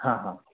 हाँ हाँ